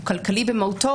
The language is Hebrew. הוא כלכלי במהותו,